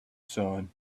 sun